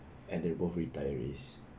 and they're both retirees